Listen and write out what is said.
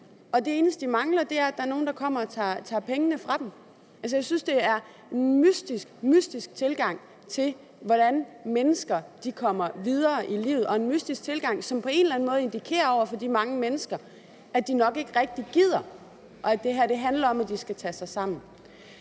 og det eneste, de mangler, er, at der er nogle, der kommer og tager pengene fra dem. Jeg synes, at det er en mystisk, mystisk tilgang til, hvordan mennesker kommer videre i livet, og en mystisk tilgang, som på en eller anden måde indikerer over for de mange mennesker, at de nok ikke rigtig gider, og at det her handler om, at de skal tage sig sammen.